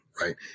right